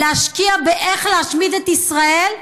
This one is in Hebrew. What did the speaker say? להשקיע באיך להשמיד את ישראל,